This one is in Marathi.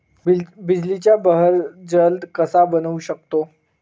बिजलीचा बहर जलद कसा बनवू शकतो?